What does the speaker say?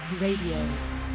Radio